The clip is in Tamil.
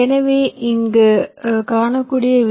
எனவே அங்கு காணக்கூடிய வி